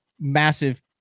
massive